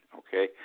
okay